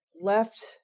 left